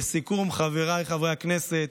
לסיכום, חבריי חברי הכנסת,